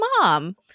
mom